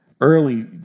early